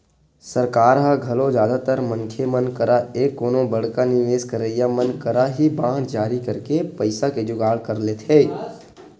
सरकार ह घलो जादातर मनखे मन करा या कोनो बड़का निवेस करइया मन करा ही बांड जारी करके पइसा के जुगाड़ कर लेथे